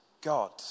God